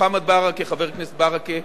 חבר הכנסת ברכה,